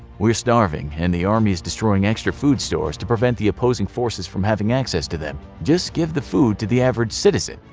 we are starving and the army is destroying extra food stores to prevent the opposing forces from having access to them. just give the food to the average citizen,